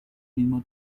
mismo